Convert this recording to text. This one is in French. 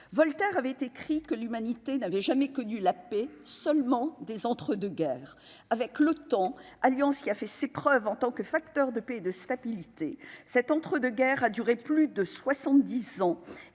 Voltaire avait écrit que l'humanité n'avait jamais connu la paix seulement des entre 2 guerres, avec le temps, à Lyon, ce qui a fait ses preuves en tant que facteur de paix et de stabilité, cet entre-deux guerres a duré plus de 70 ans